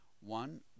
one